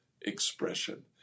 Expression